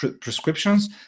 prescriptions